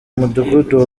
mudugudu